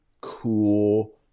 cool